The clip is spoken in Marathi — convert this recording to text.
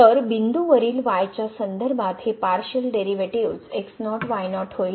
तर बिंदूवरील y च्या संदर्भात हे पारशिअल डेरिव्हेटिव्हज x0 y0होईल